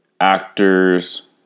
Actors